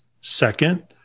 Second